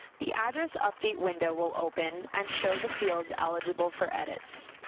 the address update window will open and show the fields eligible for edits.